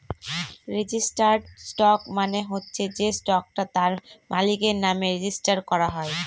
registered stock মানে হচ্ছে সে স্টকটা তার মালিকের নামে রেজিস্টার করা হয়